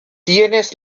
tienes